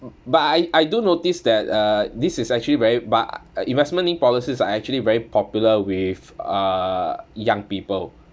but I I I do notice that uh this is actually very but investment linked policies are actually very popular with uh young people